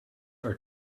are